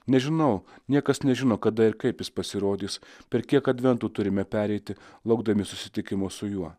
nežinau niekas nežino kada ir kaip jis pasirodys per kiek adventų turime pereiti laukdami susitikimo su juo